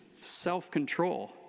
self-control